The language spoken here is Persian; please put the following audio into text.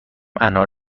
انار